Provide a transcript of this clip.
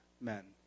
men